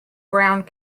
ground